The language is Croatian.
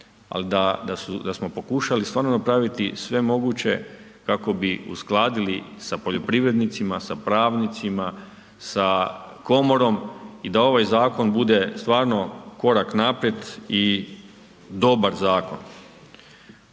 ali da smo pokušali stvarno napraviti sve moguće kako bi uskladili sa poljoprivrednicima, sa pravnicima, sa komorom i da ovaj zakon bude stvarno korak naprijed i dobar zakon.